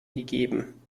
gegeben